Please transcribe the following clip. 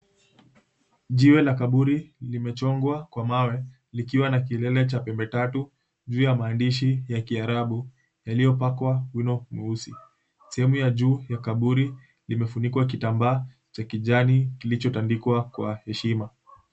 Jiwe la kaburi limechongwa kwa mawe likiwa na kilele cha pembeni tatu juu ya maandishi ya kiarabu yaliyopakwa wino mweusi. Sehemu ya juu ya kaburi imefunikwa kitambaa cha kijani kilichotandikwa kwa heshima.